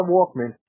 Walkman